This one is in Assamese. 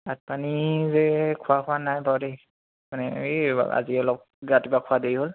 ভাত পানী যে খোৱা হোৱা নাই বাৰু দেই মানে এই আজি অলপ ৰাতিপুৱা খোৱা দেৰি হ'ল